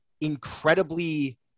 incredibly